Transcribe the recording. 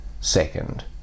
second